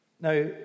Now